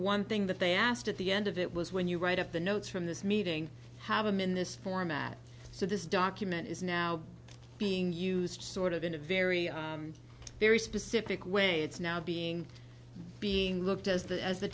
one thing that they asked at the end of it was when you write up the notes from this meeting have them in this format so this document is now being used sort of in a very very specific way it's now being being looked at as the as the